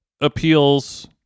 appeals